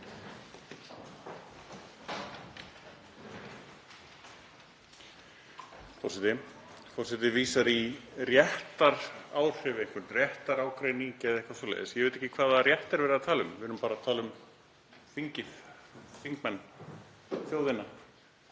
Forseti. Forseti vísar í réttaráhrif, einhvern réttarágreining eða eitthvað svoleiðis. Ég veit ekki hvaða rétt er verið að tala um. Við erum að tala um þingið, þingmenn, þjóðina,